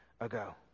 ago